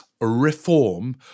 reform